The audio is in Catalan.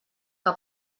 que